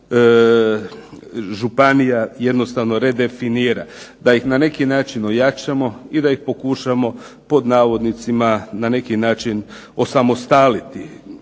županija jednostavno redefinira da ih na neki način ojačamo i da ih pokušamo „na neki način“ osamostaliti.